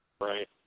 Right